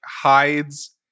hides